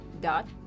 dot